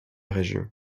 région